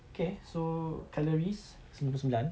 okay so calories sembilan puluh sembilan